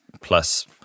plus